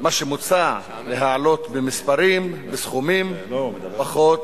שמוצע להעלות במספרים, בסכומים, פחות